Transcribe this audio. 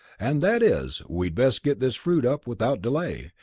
and that is, we'd best get this fruit up without delay,